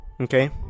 Okay